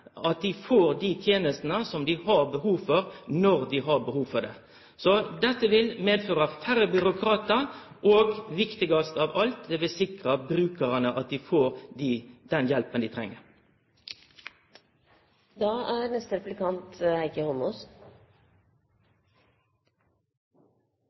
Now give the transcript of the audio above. får dei tenestene som dei har behov for, når dei har behov for dei. Så dette vil medføre færre byråkratar, og, viktigast av alt, det vil sikre at brukarane får den hjelpa dei